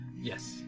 Yes